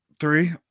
Three